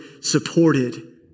supported